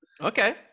okay